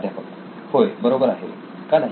प्राध्यापक होयबरोबर आहे का नाही